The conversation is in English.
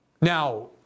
now